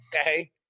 Okay